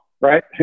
right